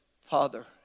Father